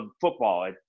football